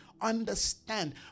understand